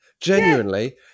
genuinely